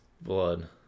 blood